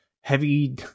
heavy